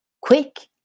Quick